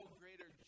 greater